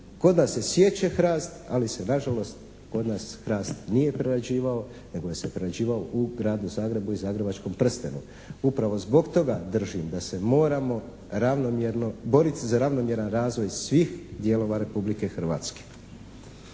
kod nas se siječe hrast ali se nažalost kod nas hrast nije prerađivao nego se je prerađivao u Gradu Zagrebu i zagrebačkom prstenu. Upravo zbog toga držim da se moramo borit za ravnomjeran razvoj svih dijelova Republike Hrvatske.